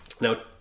Now